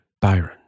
Byron